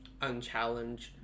unchallenged